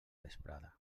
vesprada